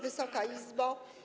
Wysoka Izbo!